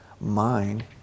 mind